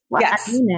Yes